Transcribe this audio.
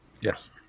Yes